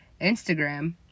Instagram